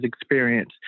experience